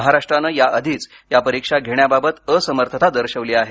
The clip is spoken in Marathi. महाराष्ट्रानं या आधीच या परीक्षा घेण्याबाबत असमर्थता दर्शवली आहे